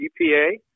EPA